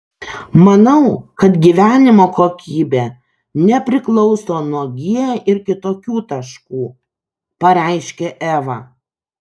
manau kad gyvenimo kokybė nepriklauso nuo g ir kitokių taškų pareiškė eva